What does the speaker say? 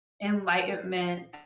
enlightenment